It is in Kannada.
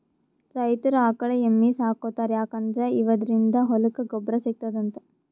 ರೈತರ್ ಆಕಳ್ ಎಮ್ಮಿ ಸಾಕೋತಾರ್ ಯಾಕಂದ್ರ ಇವದ್ರಿನ್ದ ಹೊಲಕ್ಕ್ ಗೊಬ್ಬರ್ ಸಿಗ್ತದಂತ್